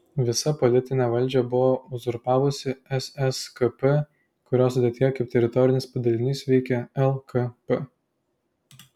visą politinę valdžią buvo uzurpavusi sskp kurios sudėtyje kaip teritorinis padalinys veikė lkp